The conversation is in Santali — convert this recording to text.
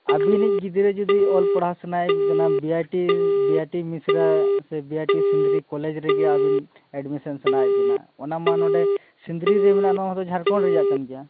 ᱟᱹᱵᱤᱱᱤᱡ ᱜᱤᱫᱽᱨᱟᱹ ᱡᱩᱫᱤ ᱚᱞᱼᱯᱟᱲᱦᱟᱣ ᱥᱟᱱᱟᱭ ᱠᱟᱱᱟ ᱵᱤ ᱟᱭ ᱴᱤ ᱵᱤ ᱟᱭ ᱴᱤ ᱢᱤᱥᱨᱟ ᱥᱮ ᱵᱤ ᱟᱭ ᱴᱤ ᱥᱤᱸᱫᱽᱨᱤ ᱠᱚᱞᱮᱡᱽ ᱨᱮᱜᱮ ᱟᱹᱵᱤᱱ ᱮᱰᱢᱤᱥᱮᱱ ᱥᱟᱱᱟᱭᱮᱫᱵᱤᱱᱟ ᱚᱱᱟ ᱢᱟ ᱱᱚᱰᱮ ᱥᱤᱸᱫᱽᱨᱤᱨᱮ ᱢᱮᱱᱟᱜ ᱱᱚᱣᱟᱦᱚᱛᱚ ᱡᱷᱟᱲᱠᱷᱚᱸᱰ ᱨᱮᱭᱟᱜ ᱠᱟᱱ ᱜᱮᱭᱟ